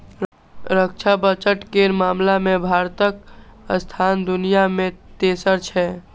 रक्षा बजट केर मामला मे भारतक स्थान दुनिया मे तेसर छै